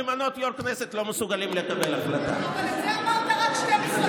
מסוגלים לקבל החלטה למנות יו"ר לכנסת?